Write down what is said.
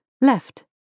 left